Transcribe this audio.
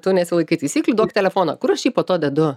tu nesilaikai taisyklių duok telefoną kur aš jį po to dedu